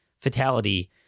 fatality